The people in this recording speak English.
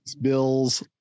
Bills